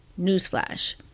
Newsflash